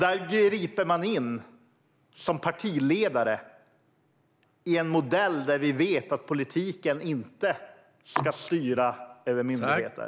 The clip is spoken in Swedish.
Där grep partiledaren in i en modell där vi vet att politiken inte ska styra över myndigheter.